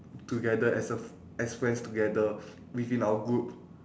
together as a f~ as friends together within our group